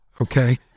okay